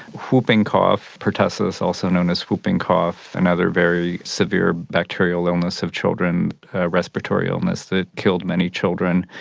whooping cough, pertussis, also known as whooping cough, another very severe bacterial illness of children, a respiratory illness that killed many children.